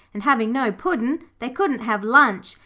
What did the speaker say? and having no puddin' they couldn't have lunch,